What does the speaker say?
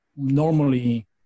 normally